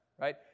right